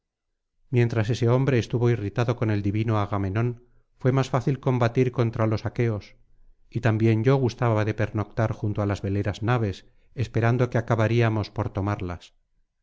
mientras ese hombre estuvo irritado con el divino agamenón fué más fácil combatir contra los aqueos y también yo gustaba de pernoctar junto á las veleras naves esperando que acabaríamos por tomarlas